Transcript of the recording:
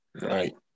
Right